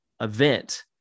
event